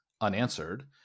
unanswered